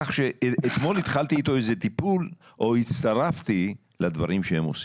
אתמול התחלתי איתו איזה טיפול או הצטרפתי לדברים שהם עושים.